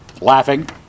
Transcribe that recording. laughing